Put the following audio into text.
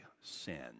sin